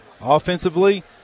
Offensively